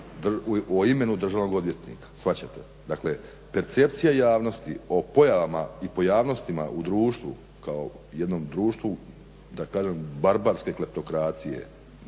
o imenu državnog odvjetnika shvaćate? Dakle, percepcija javnosti o pojavama i pojavnostima u društvu kao jednom društvu da kažem barbarske kleptokracije,